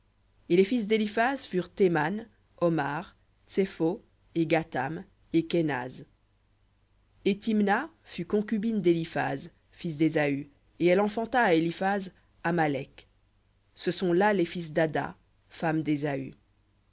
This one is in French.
et les fils d'éliphaz furent théman omar tsepho et gahtam et kenaz et thimna fut concubine d'éliphaz fils d'ésaü et elle enfanta à éliphaz amalek ce sont là les fils d'ada femme d'ésaü